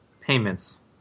Payments